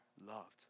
loved